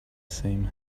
same